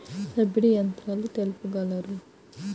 Subsidy యంత్రాలు తెలుపగలరు?